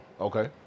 Okay